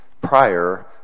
prior